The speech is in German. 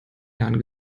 jahren